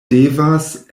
devas